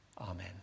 Amen